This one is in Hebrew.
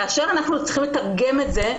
כאשר צריכים לתרגם את זה,